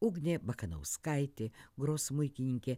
ugnė bakanauskaitė gros smuikininkė